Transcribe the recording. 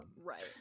Right